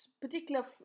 particular